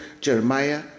Jeremiah